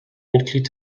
mitglied